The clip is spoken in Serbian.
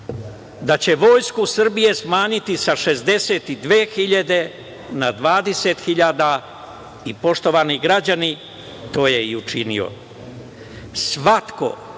da će Vojsku Srbije smanjiti sa 62.000 na 20.000 i, poštovani građani, to je i učinio. Svako